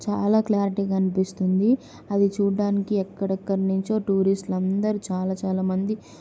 చాలా క్లారిటీగా కనిపిస్తుంది అది చూడ్డానికి ఎక్కడెక్కడ నుంచో టూరిస్ట్లందరూ చాలా చాలామంది